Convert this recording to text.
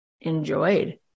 enjoyed